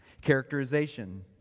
characterization